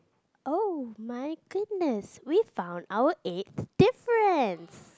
oh my goodness we found our eighth difference